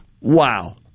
Wow